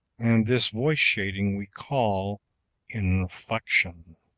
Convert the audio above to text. and this voice-shading we call inflection.